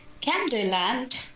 Candyland